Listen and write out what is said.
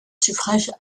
suffrage